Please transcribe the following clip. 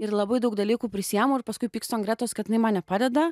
ir labai daug dalykų prisiimu ir paskui pykstu ant gretos kad jinai man nepadeda